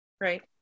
Right